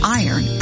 iron